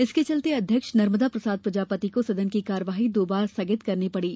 इसके कारण अध्यक्ष नर्मदा प्रसाद प्रजापति को सदन की कार्यवाही दो बार स्थगित करनी पड़ी